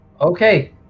Okay